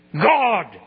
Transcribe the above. God